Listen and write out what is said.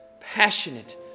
passionate